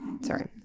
Sorry